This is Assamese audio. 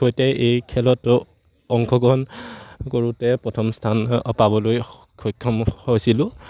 সৈতে এই খেলতো অংশগ্ৰহণ কৰোঁতে প্ৰথম স্থান পাবলৈ সক্ষম হৈছিলোঁ